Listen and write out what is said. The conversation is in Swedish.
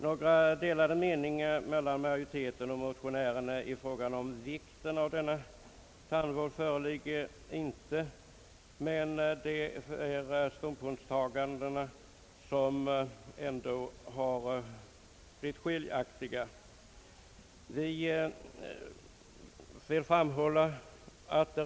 Några delade meningar mellan majoriteten och motionärerna i fråga om vikten av denna tandvård föreligger inte, men ståndpunktstagandena har ändå blivit skiljaktiga.